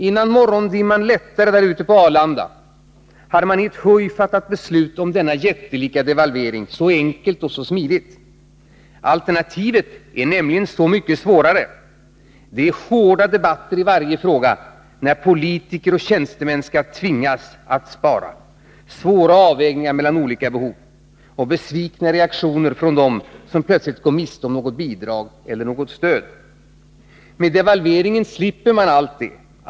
Innan morgondimman lättade ute på Arlanda hade man i ett huj fattat beslut om denna jättelika devalvering så enkelt och så smidigt. Alternativet är nämligen mycket svårare, dvs. hårda debatter i varje fråga, när politiker och tjänstemän skall tvingas att spara, svåra avvägningar mellan olika behov och besvikna reaktioner från dem som plötsligt går miste om något bidrag eller något stöd. Genom devalvering slipper man allt detta.